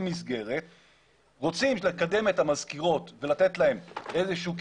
המסגרת רוצים לקדם את המזכירות ולתת להן איזה שהוא קידום,